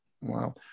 Wow